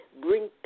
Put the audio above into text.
Bring